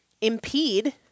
impede